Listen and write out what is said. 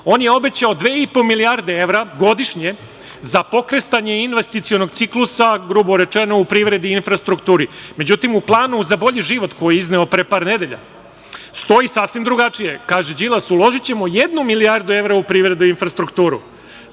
on je obećao 2,5 milijarde evra godišnje za pokretanje investicionog ciklusa, grubo rečeno, u privredi i infrastrukturi. Međutim, u planu za bolji život koji je izneo pre par nedelja stoji sasvim drugačije. Kaže Đilas – uložićemo jednu milijardu evra u privredu i infrastrukturu.